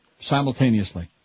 Simultaneously